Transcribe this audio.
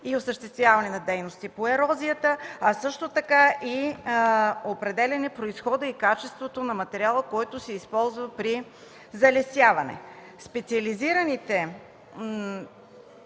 и осъществяване на дейности по ерозията, а също така и определяне произхода и качеството на материала, който се използва при залесяване. Специализираните